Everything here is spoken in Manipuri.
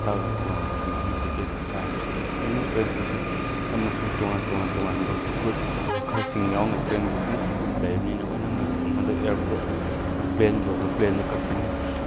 ꯇꯥꯛꯂꯛꯄ ꯀꯥꯟꯗ ꯇꯤꯀꯦꯠ ꯀꯛꯄ ꯍꯥꯏꯕꯁꯤꯗ ꯑꯦꯅꯤ ꯑꯃꯁꯨꯡ ꯇꯣꯉꯥꯟ ꯇꯣꯉꯥꯟꯕ ꯇꯣꯉꯥꯟꯕ ꯃꯈꯜꯁꯤꯡ ꯌꯥꯎꯅ ꯇ꯭ꯔꯦꯟ ꯕꯨꯛꯀꯤꯡ ꯂꯩꯕꯅꯤꯅ ꯑꯣꯟꯅꯅ ꯑꯃꯗ ꯑꯦꯌꯥꯔꯄꯣꯔꯠ ꯄ꯭ꯂꯦꯟꯒꯤ ꯑꯣꯏꯔꯣ ꯄ꯭ꯂꯦꯟꯗ ꯀꯛꯀꯅꯤ